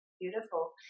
Beautiful